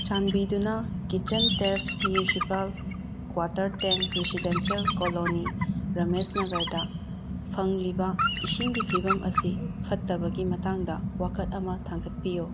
ꯆꯥꯟꯕꯤꯗꯨꯅ kitchen tap municipal quarter ꯇꯦꯡ residential colony ꯔꯥꯃꯦꯁꯅꯒ꯭ꯔꯗ ꯐꯪꯂꯤꯕ ꯏꯁꯤꯡꯒꯤ ꯐꯤꯚꯝ ꯑꯁꯤ ꯐꯠꯇꯕꯒꯤ ꯃꯇꯥꯡꯗ ꯋꯥꯀꯠ ꯑꯃ ꯊꯥꯡꯒꯠꯄꯤꯌꯨ